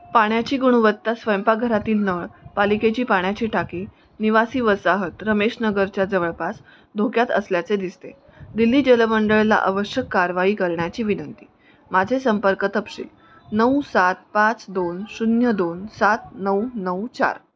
पाण्याची गुणवत्ता स्वयंपाकघरातील नळ पालिकेची पाण्याची टाकी निवासी वसाहत रमेश नगरच्या जवळपास धोक्यात असल्याचे दिसते दिल्ली जलमंडळाला आवश्यक कारवाई करण्याची विनंती माझे संपर्क तपशील नऊ सात पाच दोन शून्य दोन सात नऊ नऊ चार